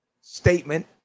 statement